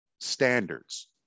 standards